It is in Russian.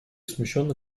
смущенно